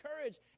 courage